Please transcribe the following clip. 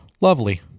Lovely